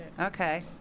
okay